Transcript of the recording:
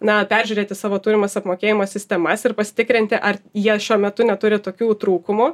na peržiūrėti savo turimas apmokėjimo sistemas ir pasitikrinti ar jie šiuo metu neturi tokių trūkumų